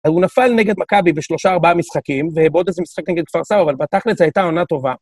אז הוא נפל נגד מכבי בשלושה ארבעה משחקים, ובעוד איזה משחק נגד כפר סבא, אבל בתכלס זו הייתה עונה טובה.